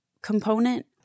component